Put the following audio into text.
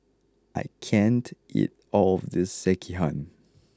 I can't eat all of this Sekihan